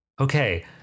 okay